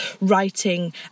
writing